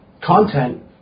content